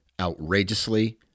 outrageously